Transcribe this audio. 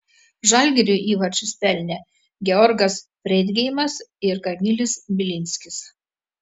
žalgiriui įvarčius pelnė georgas freidgeimas ir kamilis bilinskis